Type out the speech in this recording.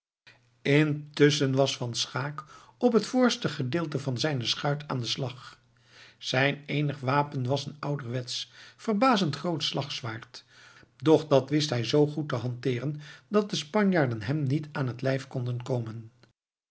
intusschen was van schaeck op het voorste gedeelte van zijne schuit aan den slag zijn eenig wapen was een ouderwetsch verbazend groot slagzwaard doch dat wist hij zoo goed te hanteeren dat de spanjaarden hem niet aan het lijf konden komen